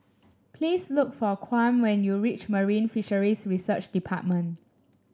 please look for Kwame when you reach Marine Fisheries Research Department